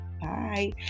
Bye